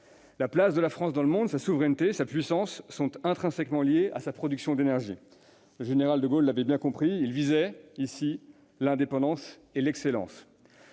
La place de la France dans le monde, sa souveraineté, sa puissance sont intrinsèquement liées à sa production d'énergie. Le général de Gaulle l'avait bien compris ; il visait en la matière l'indépendance et l'excellence.